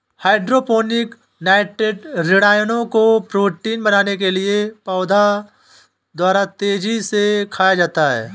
hydroponic nitrate ऋणायनों को protein बनाने के लिए पौधों द्वारा तेजी से खाया जाता है